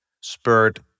spurred